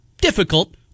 difficult